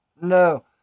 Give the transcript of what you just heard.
No